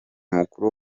mukuru